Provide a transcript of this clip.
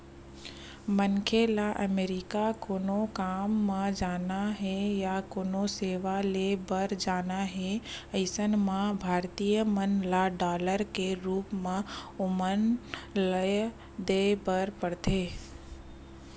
मनखे ल अमरीका कोनो काम म जाना हे या कोनो सेवा ले बर जाना हे अइसन म भारतीय मन ल डॉलर के रुप म ओमन ल देय बर परथे